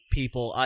people